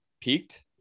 peaked